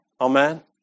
Amen